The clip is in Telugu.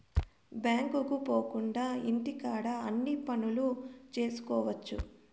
బ్యాంకుకు పోకుండా ఇంటికాడ నుండి అన్ని పనులు చేసుకోవచ్చు